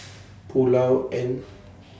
Pulao and